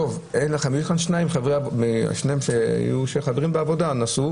היו שני חברים בעבודה שנסעו